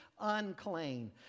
unclean